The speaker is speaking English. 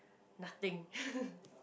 nothing